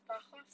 but horse